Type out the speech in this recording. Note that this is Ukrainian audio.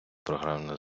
програмне